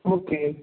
okay